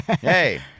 Hey